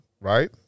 right